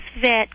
vet